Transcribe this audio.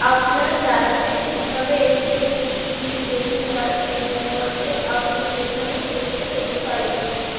আপনার রাজ্যে কীভাবে একটি জিইডি পেতে হয় সে সম্পর্কে আপনি এখানে তথ্য পেতে পারেন